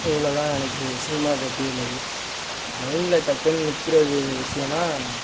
இவ்வளதான் எனக்கு சினிமா பற்றி உள்ளது மைண்டில் டக்குன்னு நிற்குறது விஷயன்னா